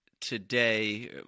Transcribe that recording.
today